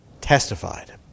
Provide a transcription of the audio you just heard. testified